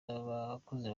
n’abakozi